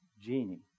genie